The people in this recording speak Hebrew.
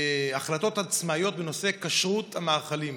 החלטות עצמאיות בנושא כשרות המאכלים.